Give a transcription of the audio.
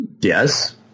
Yes